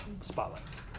spotlights